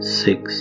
six